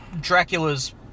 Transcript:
Dracula's